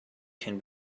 can